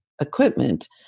equipment